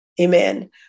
Amen